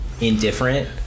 indifferent